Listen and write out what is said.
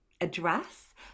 address